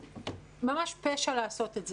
ממש פשע לעשות את זה.